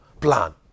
plan